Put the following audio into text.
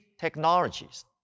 technologies